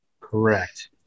Correct